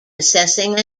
assessing